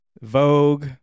Vogue